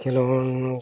ᱠᱷᱮᱞᱳᱰ